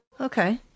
Okay